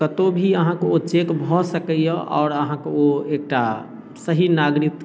कतहु भी अहाँके ओ चेक भऽ सकैए आओर अहाँके ओ एकटा सही नागरिक